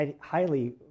highly